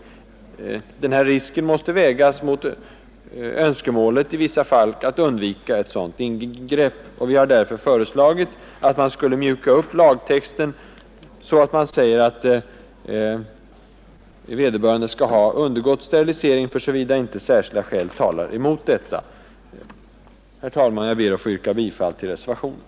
Risken för oreda i släktskapsförhållandena måste vägas mot önskemålet att i vissa fall undvika ett sådant ingrepp. Vi har därför föreslagit att man skulle mjuka upp lagtexten så att vederbörande skall ha undergått sterilisering, såvida inte särskilda skäl talar mot detta. Herr talman! Jag ber att få yrka bifall till reservationen.